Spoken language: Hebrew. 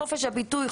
חופש הביטוי,